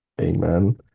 Amen